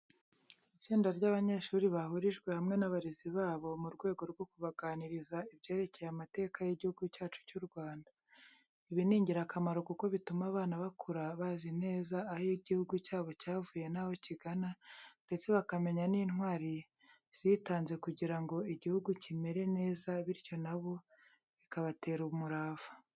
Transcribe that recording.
Itsinda ry'abanyeshuri bahurijwe hamwe n'abarezi babo mu rwego rwo kubaganiriza ibyerekeye amateka y'igihugu cyacu cy'u Rwanda. Ibi ni ingirakamaro kuko bituma abana bakura bazi neza aho igihugu cyabo cyavuye n'aho kigana, ndetse bakamenya n'intwari zitanze kugira ngo igihugu kimere neza bityo na bo bikabatera umurava.